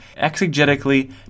exegetically